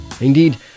Indeed